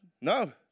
no